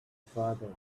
father